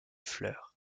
fleurs